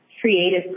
creative